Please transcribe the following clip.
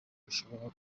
bishobora